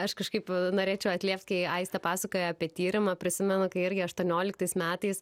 aš kažkaip norėčiau atliept kai aistė pasakoja apie tyrimą prisimenu kai irgi aštuonioliktais metais